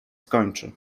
skończy